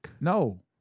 No